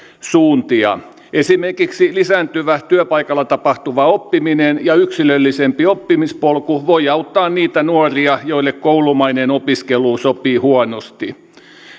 suuntia esimerkiksi lisääntyvä työpaikalla tapahtuva oppiminen ja yksilöllisempi oppimispolku voivat auttaa niitä nuoria joille koulumainen opiskelu sopii huonosti